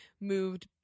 moved